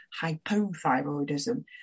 hypothyroidism